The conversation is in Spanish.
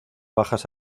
bajas